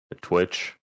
Twitch